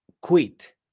quit